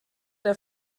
der